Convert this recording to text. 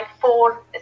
four